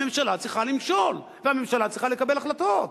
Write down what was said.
הממשלה צריכה למשול והממשלה צריכה לקבל החלטות.